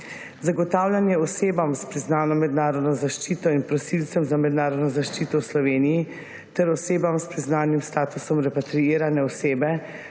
Zagotavljanje osebam s priznano mednarodno zaščito in prosilcem za mednarodno zaščito v Sloveniji ter osebam s priznanjem statusa repatriirane osebe